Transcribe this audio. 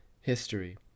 History